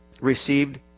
received